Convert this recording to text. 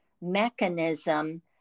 mechanism